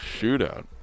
Shootout